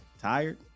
Tired